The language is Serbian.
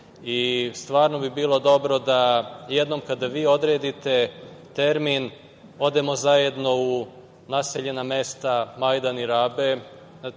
Vladi. Stvarno bi bilo dobro da jednom kada vi odredite termin odemo zajedno u naseljena mesta Majdan i Rabe u